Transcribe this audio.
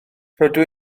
rydw